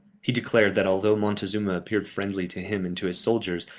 he declared that although montezuma appeared friendly to him and to his soldiers,